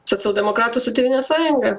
socialdemokratų su tėvynės sąjunga